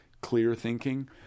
clear-thinking